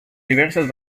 diversas